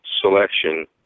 selection